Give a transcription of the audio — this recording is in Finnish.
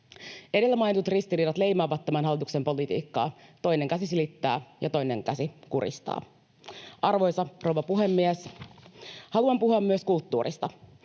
Edellä mainitut ristiriidat leimaavat tämän hallituksen politiikkaa: toinen käsi silittää, ja toinen käsi kuristaa. Arvoisa rouva puhemies! Haluan puhua myös kulttuurista.